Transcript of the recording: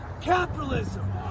capitalism